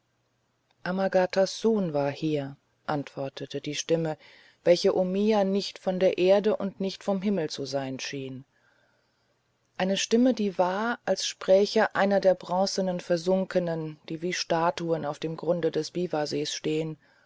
amagatas sohn war hier antwortete die stimme welche omiya nicht von der erde und nicht vom himmel zu sein schien eine stimme die war als spräche einer der bronzenen versunkenen die wie statuen auf dem grunde des biwasees stehen